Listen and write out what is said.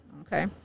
Okay